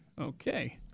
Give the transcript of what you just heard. Okay